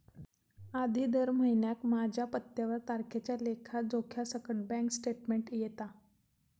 आधी दर महिन्याक माझ्या पत्त्यावर तारखेच्या लेखा जोख्यासकट बॅन्क स्टेटमेंट येता